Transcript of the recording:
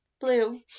Blue